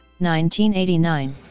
1989